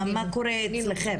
מה קורה אצלכם?